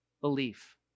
belief